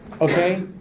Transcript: okay